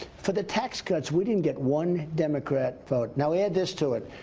for the tax cuts we didn't get one democrat vote. now, add this to it,